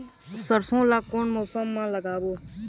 सरसो ला कोन मौसम मा लागबो?